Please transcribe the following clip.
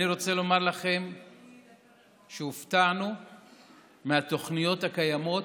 אני רוצה לומר לכם שהופתענו מהתוכניות הקיימות,